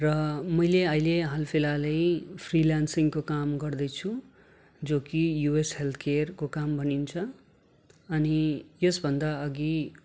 र मैले अहिले हाल फिलहाल फ्री लान्सिङको काम गर्दैछु जो कि युएस हेल्थकेयरको काम भनिन्छ अनि यस भन्दा अघि